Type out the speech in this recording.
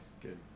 Good